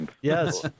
Yes